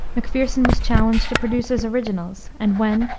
macpherson was challenged to produce his originals, and when,